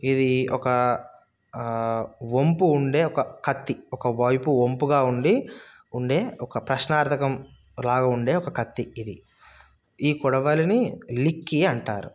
ఇది ఒక వంపు ఉండే ఒక కత్తి ఒక వైపు వంపుగా ఉండి ఉండే ఒక ప్రశ్న అర్థకం లాగ ఉండే ఒక కత్తి ఇది ఈ కొడవలిని లిక్కి అంటారు